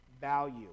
value